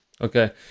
Okay